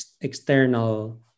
external